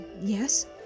Yes